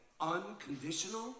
unconditional